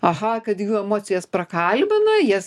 aha kad jų emocijas prakalbina jas